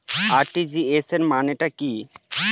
RTGS মানে টা কি?